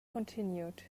continued